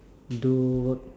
do work